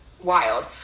wild